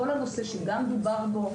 כל הנושא שדובר בו,